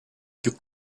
più